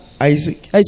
Isaac